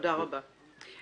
תודה רבה.